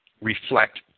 reflect